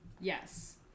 Yes